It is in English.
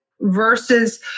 versus